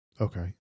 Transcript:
Okay